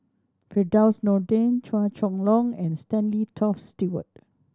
Firdaus Nordin Chua Chong Long and Stanley Toft Stewart